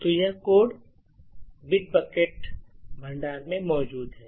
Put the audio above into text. तो यह code Bitbucket भंडार में मौजूद है